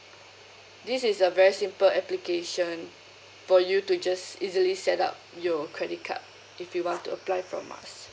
this is a very simple application for you to just easily set up your credit card if you want to apply from us